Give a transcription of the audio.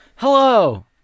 Hello